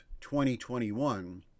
2021